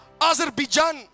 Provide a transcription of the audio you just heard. Azerbaijan